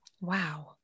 Wow